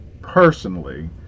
personally